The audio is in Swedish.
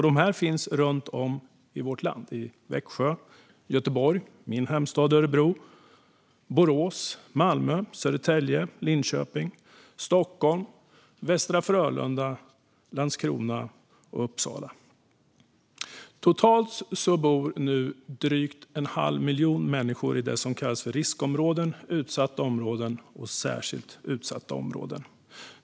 De finns runt om i vårt land - i Växjö, Göteborg, min hemstad Örebro, Borås, Malmö, Södertälje, Linköping, Stockholm, Västra Frölunda, Landskrona och Uppsala. Totalt bor nu drygt en halv miljon människor i det som kallas riskområden, utsatta områden och särskilt utsatta områden.